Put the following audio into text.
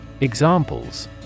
Examples